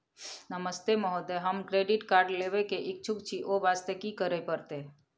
नमस्ते महोदय, हम credit card लेबे के इच्छुक छि ओ वास्ते की करै परतै?